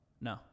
No